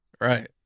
Right